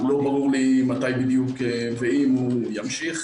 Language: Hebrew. לא ברור לי מתי בדיוק ואם הוא ימשיך,